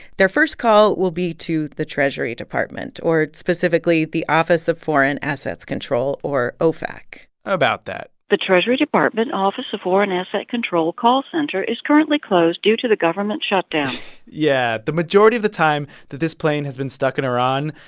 their first call will be to the treasury department or specifically the office of foreign assets control, or ofac about that the treasury department office of foreign asset control call center is currently closed due to the government shutdown yeah. the majority of the time that this plane has been stuck in iran,